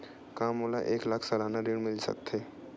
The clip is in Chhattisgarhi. का मोला एक लाख सालाना ऋण मिल सकथे?